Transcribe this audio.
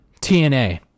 TNA